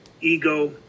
ego